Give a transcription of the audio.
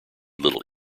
little